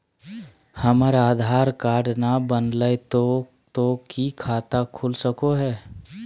हमर आधार कार्ड न बनलै तो तो की खाता खुल सको है?